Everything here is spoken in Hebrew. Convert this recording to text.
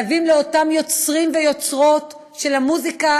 חייבים לאותם יוצרים ויוצרות של המוזיקה